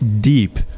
deep